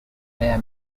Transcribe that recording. mayor